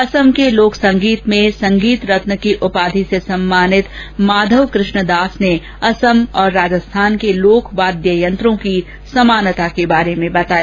असम के लोक संगीत में संगीत रत्न की उपाधि से सम्मानित माधव कृष्ण दास ने असम और राजस्थान के लोक वाद्य यंत्रों की समानता के बारे में बताया